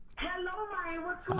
hello, ryan! what's going